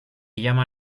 llama